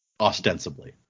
ostensibly